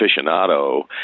aficionado